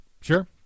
Sure